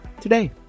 today